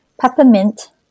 peppermint